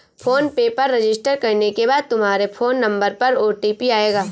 phone पे पर register करने के बाद तुम्हारे फोन नंबर पर ओ.टी.पी आएगा